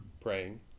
Praying